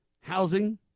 housing